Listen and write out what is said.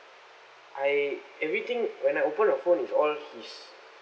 I everything when I open the phone it's all his